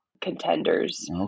contenders